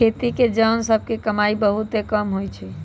खेती के जन सभ के कमाइ बहुते कम होइ छइ